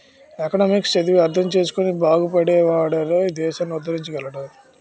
economics చదివి అర్థం చేసుకుని బాగుపడే వాడేరోయ్ దేశాన్ని ఉద్దరించగలడు